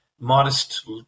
modest